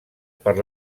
per